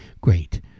great